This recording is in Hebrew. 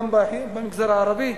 גם במגזר הערבי.